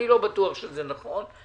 אני לא בטוח שזה נכון.